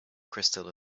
crystal